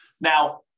Now